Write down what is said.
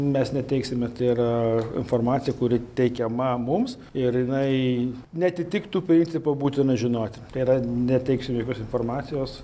mes neteiksime tai yra informacija kuri teikiama mums ir jinai neatitiktų principo būtina žinoti tai yra neteiksim jokios informacijos